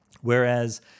Whereas